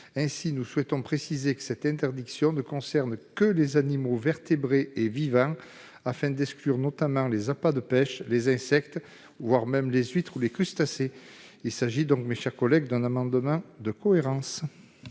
Nous souhaitons préciser que cette interdiction ne concerne que les animaux vertébrés et vivants afin d'exclure notamment les appâts de pêche, les insectes, voire les huîtres ou les crustacés. Il s'agit donc, mes chers collègues, d'un amendement de cohérence.